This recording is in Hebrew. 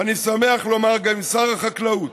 ואני שמח לומר שגם עם שר החקלאות.